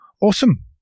Awesome